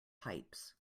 pipes